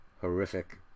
Horrific